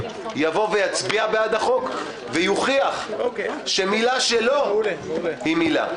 יבוא ויצביע בעד החוק ויוכיח שמילה שלו היא מילה.